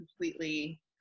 completely